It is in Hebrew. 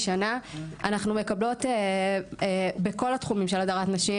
אנחנו מקבלות בכול התחומים של הדרת נשים,